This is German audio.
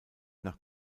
nach